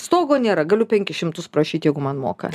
stogo nėra galiu penkis šimtus prašyt jeigu man moka